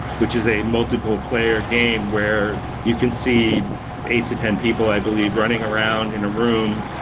which is a multiple player game where you can see eight to ten people i believe running around in a room,